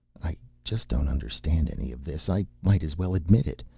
i just don't understand any of this. i might as well admit it.